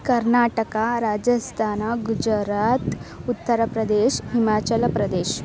Karnataka Rajasthan Gujarat Uttar Pradesh Himachal Pradesh